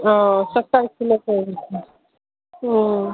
ओ सत्तरि किलोमीटर छै हुँ